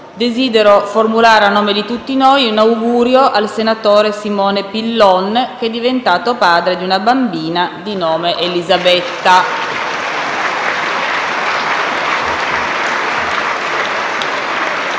desidero formulare, a nome di tutti noi, un augurio al senatore Simone Pillon, che è diventato padre di una bambina di nome Elisabetta.